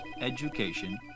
education